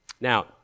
Now